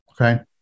Okay